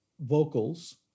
vocals